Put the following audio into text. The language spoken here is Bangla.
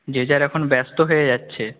যে যার এখন ব্যস্ত হয়ে যাচ্ছে